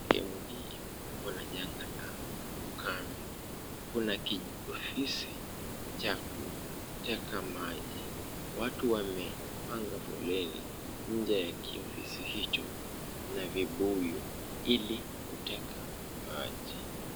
Eneo hii imekumbwa na jangaa la ukame, kuna kiofisi cha kuteka maji. Watu wamepanga foleni nje ya kiofisi hicho na vibuyu ili kuteka maji.